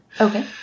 Okay